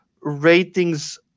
ratings